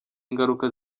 ingaruka